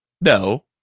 no